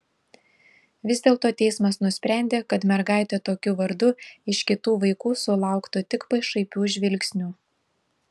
vis dėlto teismas nusprendė kad mergaitė tokiu vardu iš kitų vaikų sulauktų tik pašaipių žvilgsnių